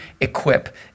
equip